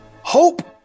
Hope